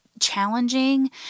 challenging